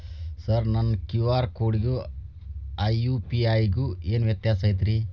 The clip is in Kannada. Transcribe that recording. ಸರ್ ನನ್ನ ಕ್ಯೂ.ಆರ್ ಕೊಡಿಗೂ ಆ ಯು.ಪಿ.ಐ ಗೂ ಏನ್ ವ್ಯತ್ಯಾಸ ಐತ್ರಿ?